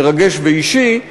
מרגש ואישי,